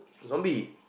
zombie